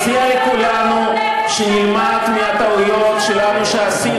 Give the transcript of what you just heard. אני מציע לכולנו שנלמד מהטעויות שלנו שעשינו,